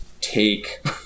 take